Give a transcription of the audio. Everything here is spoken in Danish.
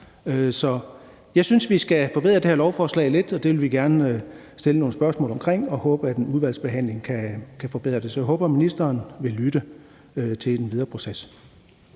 jeg synes, vi skal forbedre det her lovforslag lidt, og vi vil gerne stille nogle spørgsmål omkring det og håbe, at en udvalgsbehandling kan forbedre det. Så jeg håber, at ministeren vil lytte til det i den videre proces.